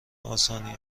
آسانی